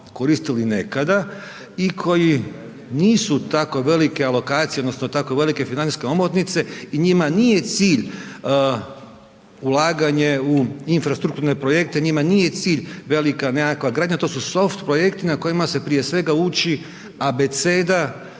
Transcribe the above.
nekada i koji nisu tako velike alokacije odnosno tako velike financijske omotnice i njima nije cilj ulaganje u infrastrukturne projekte, njima nije cilj velika nekakva gradnja, to su soft projekti na kojima se prije svega uči abeceda